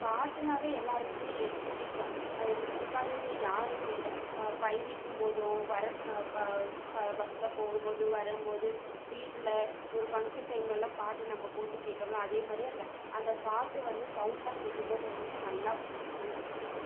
பாட்டுன்னாவே எல்லாருக்குமே பிடிக்கும் அதுக்கு பிடிக்காதவங்க யாரும் இல்லை பயணிக்கும் போதோ வர பஸ்ஸில் போகும் போது வரும் போது வீட்டில் ஒரு ஃபங்க்ஷன் டைம்லெல்லாம் பாட்டு நம்ம போட்டு கேக்குறோமில்ல அதே மாதிரி அந்த அந்த பாட்டு வந்து சவுண்டாக கேட்கும் போது இன்னும் நல்லா பிடி பிடிக்கும்